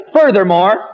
Furthermore